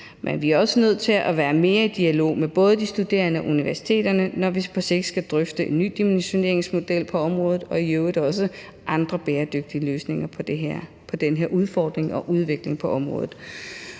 men vi er også nødt til at være mere i dialog med både de studerende og universiteterne, når vi på sigt skal drøfte en ny dimensioneringsmodel på området og i øvrigt også andre bæredygtige løsninger på den her udfordring og udviklingen på området.